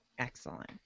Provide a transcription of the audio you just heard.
Excellent